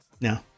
No